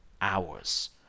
hours